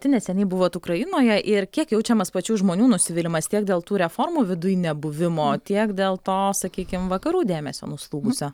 pati neseniai buvot ukrainoje ir kiek jaučiamas pačių žmonių nusivylimas tiek dėl tų reformų viduj nebuvimo tiek dėl to sakykim vakarų dėmesio nuslūgusio